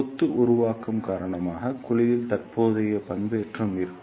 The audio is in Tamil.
கொத்து உருவாக்கம் காரணமாக குழியில் தற்போதைய பண்பேற்றம் இருக்கும்